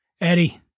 Eddie